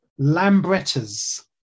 Lambrettas